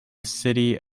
city